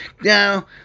now